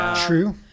True